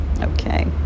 Okay